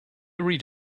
read